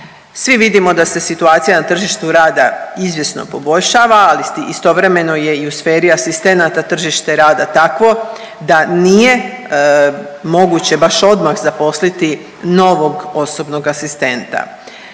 Svi vidimo da se situacija na tržištu rada izvjesno poboljšava, ali istovremeno je i u sferi asistenata tržište rada takvo da nije moguće baš odmah zaposliti novog osobnog asistenta.